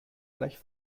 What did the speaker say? gleich